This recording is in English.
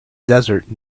desert